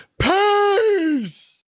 Peace